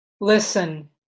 Listen